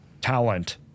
talent